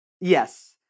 yes